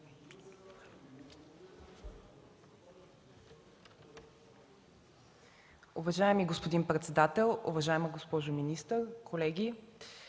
Уважаеми господин председател, уважаема госпожо министър, колеги!